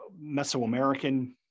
Mesoamerican